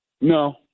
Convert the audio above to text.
no